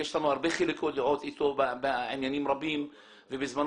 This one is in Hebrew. יש לנו הרבה חילוקי דעות איתו בעניינים רבים ובזמנו